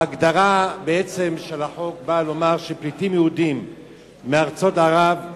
ההגדרה של החוק באה לומר שפליטים יהודים מארצות ערב,